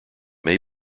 may